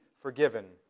forgiven